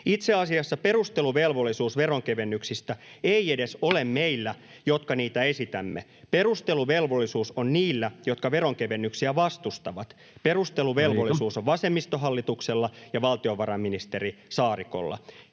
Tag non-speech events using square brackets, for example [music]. Itse asiassa perusteluvelvollisuus veronkevennyksistä ei edes ole meillä, [noise] jotka niitä esitämme. Perusteluvelvollisuus on niillä, jotka veronkevennyksiä vastustavat. [Puhemies: Aika!] Perusteluvelvollisuus on vasemmistohallituksella ja valtiovarainministeri Saarikolla.